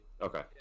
Okay